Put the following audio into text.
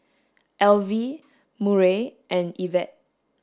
Alvie Murray and Evette